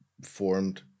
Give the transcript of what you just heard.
formed